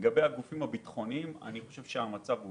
לגבי הגופים הביטחוניים אני חושב שהמצב הוא